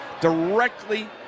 directly